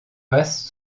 passe